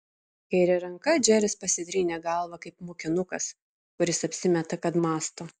kaire ranka džeris pasitrynė galvą kaip mokinukas kuris apsimeta kad mąsto